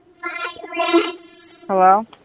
Hello